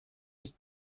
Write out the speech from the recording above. ist